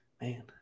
Man